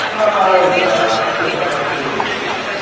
oh, yeah, it's good to have some good news,